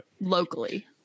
locally